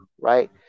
right